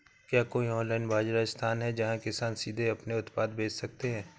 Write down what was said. क्या कोई ऑनलाइन बाज़ार स्थान है जहाँ किसान सीधे अपने उत्पाद बेच सकते हैं?